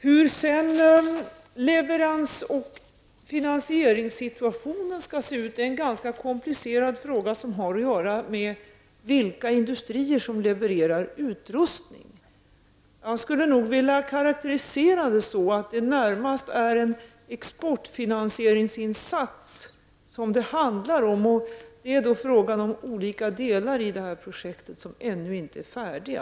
Hur sedan leverans och finansieringssituationen skall se ut är en ganska komplicerad fråga, som har att göra med vilka industrier som levererar utrustningen. Jag skulle nog vilja karakterisera det så, att det närmast är en exportfinansieringsinsats som det handlar om. Det är då fråga om olika delar i det här projektet som ännu inte är färdiga.